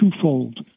twofold